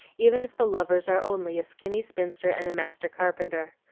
even if the lovers are only a skinny spinster and a master carpenter.